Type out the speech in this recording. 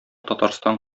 татарстан